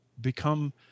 become